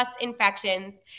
infections